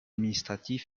administratif